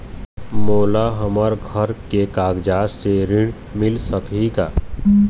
मोला हमर घर के कागजात से ऋण मिल सकही का?